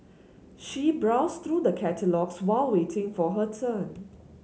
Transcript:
she browsed through the catalogues while waiting for her turn